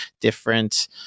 different